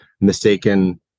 mistaken